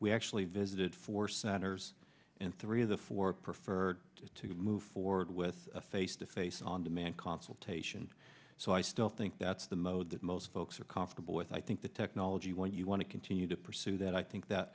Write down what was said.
we actually visited four centers in three of the four preferred to move forward with a face to face on demand consultation so i still think that's the mode that most folks are comfortable with i think the technology when you want to continue to pursue that i think that